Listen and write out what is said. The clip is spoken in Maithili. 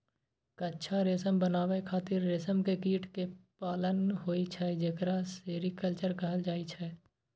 कच्चा रेशम बनाबै खातिर रेशम के कीट कें पालन होइ छै, जेकरा सेरीकल्चर कहल जाइ छै